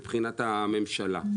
מבחינת הממשלה.